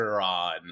on